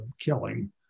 killing